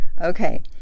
okay